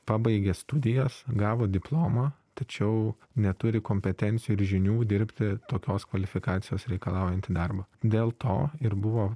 pabaigė studijas gavo diplomą tačiau neturi kompetencijų ir žinių dirbti tokios kvalifikacijos reikalaujantį darbą dėl to ir buvo